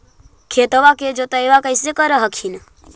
खेतबा के जोतय्बा कैसे कर हखिन?